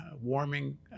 warming